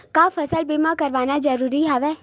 का फसल बीमा करवाना ज़रूरी हवय?